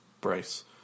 Bryce